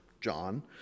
John